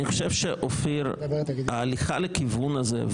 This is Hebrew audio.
אני חושב שההליכה לכיוון הזה,